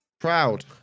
proud